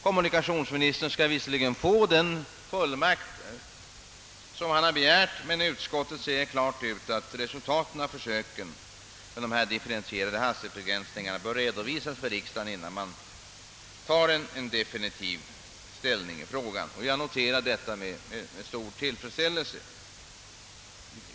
Kommunikationsministern skall visserligen få den fullmakt som han har begärt, men utskottet säger klart ifrån, att resultaten av försöken med de differentierade hastighetsbegränsningarna bör redovisas för riksdagen, innan man tar definitiv ställning i frågan. Jag noterar detta med stor tillfredsställelse.